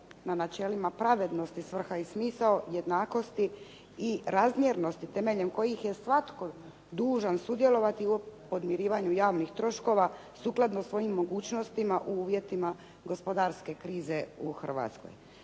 na načelima pravednosti svrha i smisao jednakosti i razmjernosti temeljem kojih je svatko dužan sudjelovati u podmirivanju javnih troškova, sukladno svojim mogućnostima u uvjetima gospodarske krize u Hrvatskoj.